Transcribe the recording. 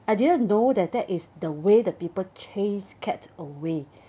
I didn't know that that is the way the people chase cat away